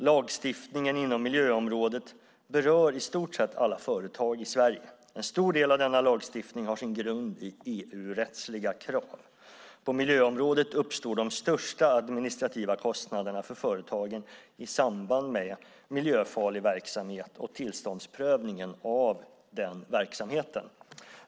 Lagstiftningen inom miljöområdet berör i stort sett alla företag i Sverige. En stor del av denna lagstiftning har sin grund i EU-rättsliga krav. På miljöområdet uppstår de största administrativa kostnaderna för företagen i samband med miljöfarlig verksamhet och tillståndsprövningen av den verksamheten.